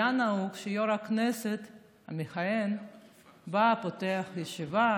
היה נהוג, שיו"ר הכנסת המכהן בא, פותח את הישיבה